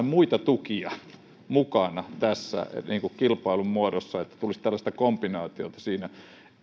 muita tukia mukana tässä kilpailun muodossa ettei tulisi tällaista kombinaatiota siinä